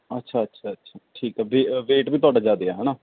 ਅੱਛਾ ਅੱਛਾ ਅੱਛਾ ਠੀਕ ਹੈ ਵੇ ਵੇਟ ਵੀ ਤੁਹਾਡਾ ਜ਼ਿਆਦਾ ਆ ਹੈ ਨਾ